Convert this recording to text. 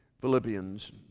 Philippians